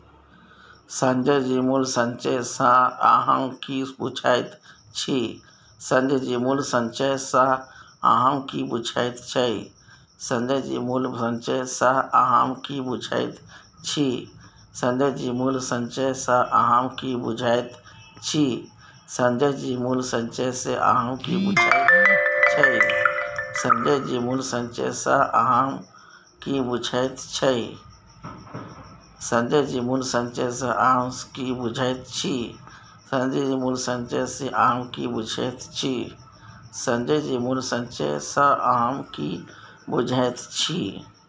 संजय जी मूल्य संचय सँ अहाँ की बुझैत छी?